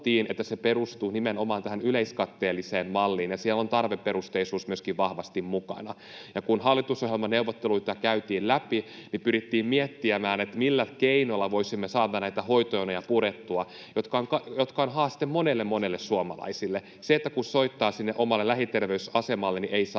että se perustuu nimenomaan tähän yleiskatteelliseen malliin ja siellä on tarveperusteisuus myöskin vahvasti mukana. Kun hallitusohjelmaneuvotteluita käytiin läpi, pyrittiin miettimään, millä keinoilla voisimme saada näitä hoitojonoja purettua, jotka ovat haaste monille, monille suomalaisille. Kun soittaa omalle lähiterveysasemalle, niin ei saa